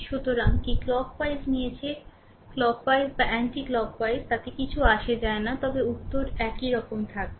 সুতরাং কী clockwise নিয়েছে ক্লক ওয়াইজ বা এন্টি ক্লক ওয়াইস তাতে কিছু যায় আসে না তবে উত্তর একরকমই থাকবে